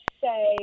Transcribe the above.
say